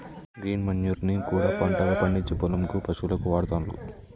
green manure ని కూడా పంటగా పండిచ్చి పొలం కు పశువులకు వాడుతాండ్లు